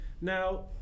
Now